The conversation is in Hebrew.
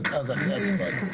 שבעה בעד.